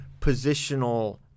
positional